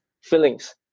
feelings